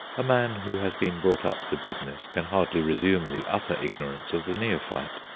a man who has been brought up to business can hardly resume the utter ignorance of the neophyte.